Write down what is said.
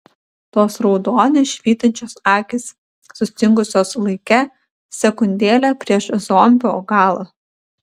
tos raudoniu švytinčios akys sustingusios laike sekundėlę prieš zombio galą